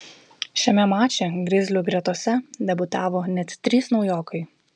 šiame mače grizlių gretose debiutavo net trys naujokai